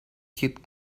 kid